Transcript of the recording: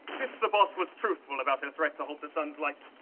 if sir boss was truthful about her threat to hold the sun's light?